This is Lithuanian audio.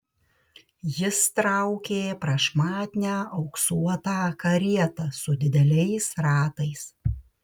jis traukė prašmatnią auksuotą karietą su dideliais ratais